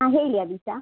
ಹಾಂ ಹೇಳಿ ಅಭೀಷ